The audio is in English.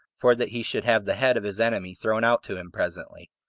for that he should have the head of his enemy thrown out to him presently.